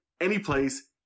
anyplace